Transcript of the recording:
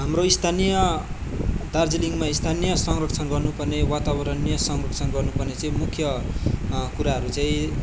हाम्रो स्थानीय दार्जिलिङमा स्थानीय संरक्षण गर्नु पर्ने वातावरणीय संरक्षण गर्नुपर्ने चाहिँ मुख्य कुराहरू चाहिँ